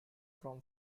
from